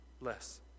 less